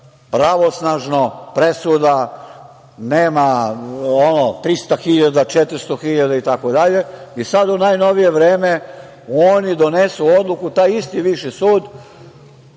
pravosnažna presuda, 300.000, 400.000 itd. Sada u najnovije vreme oni donesu odluku, taj isti viši sud